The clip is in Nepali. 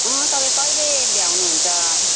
अँ तर कहिले भ्याउनुहुन्छ